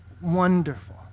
wonderful